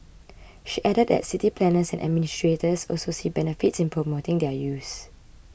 she added that city planners and administrators also see benefits in promoting their use